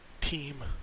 team